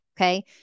okay